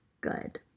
good